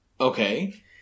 Okay